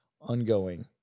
ongoing